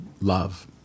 love